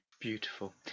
Beautiful